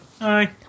Hi